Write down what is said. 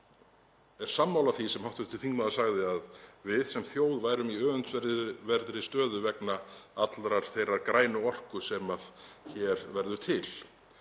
er sammála því sem hv. þingmaður sagði, að við sem þjóð værum í öfundsverðri stöðu vegna allrar þeirrar grænu orku sem hér verður til.